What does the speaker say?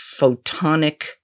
photonic